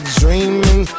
dreaming